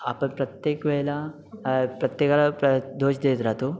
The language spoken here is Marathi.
आप प्रत्येक वेळेला प्रत्येकाला दोष देत राहतो